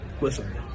Listen